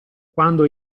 quando